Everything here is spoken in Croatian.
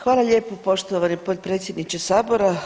Hvala lijepo poštovano potpredsjedniče sabora.